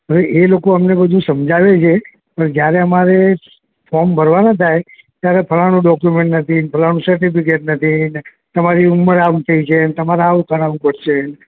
હવે એ લોકો અમને બધું સમજાવે છે પણ જયારે અમારે ફોર્મ ભરવાનાં થાય ત્યારે ફલાણું ડોક્યુમેન્ટ નથી ને ફલાણું સર્ટિફિકેટ નથી ને તમારી ઉંમર આમ તેમ છે ને તમારે આવું કરાવવું પડશે